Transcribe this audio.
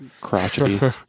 Crotchety